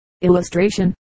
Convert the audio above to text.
Illustration